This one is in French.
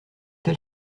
tel